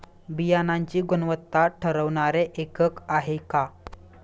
बियाणांची गुणवत्ता ठरवणारे एकक आहे का?